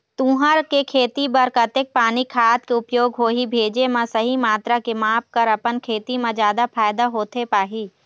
तुंहर के खेती बर कतेक पानी खाद के उपयोग होही भेजे मा सही मात्रा के माप कर अपन खेती मा जादा फायदा होथे पाही?